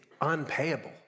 unpayable